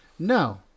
No